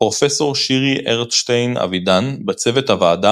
פרופסור שירי ארטשטיין-אבידן בצוות הוועדה